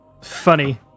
funny